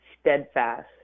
steadfast